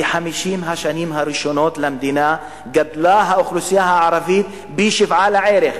"ב-50 השנים הראשונות למדינה גדלה האוכלוסייה הערבית פי שבעה לערך.